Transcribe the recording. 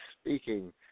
speaking